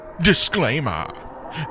Disclaimer